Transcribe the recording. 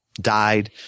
died